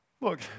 Look